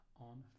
on